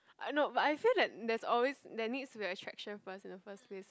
ah no but I feel that there's always there needs to be an attraction first in the first place